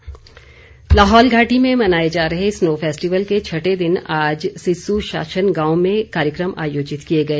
snow festival Lahaul घाटी में मनाए जा रहे स्नो फैस्टिवल के छठे दिन आज सिस्सू शाशन गांव में कार्यक्रम आयोजित किए गए